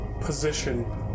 position